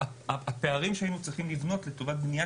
הפערים שהיינו צריכים לבנות לטובת בניית